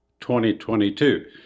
2022